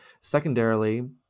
secondarily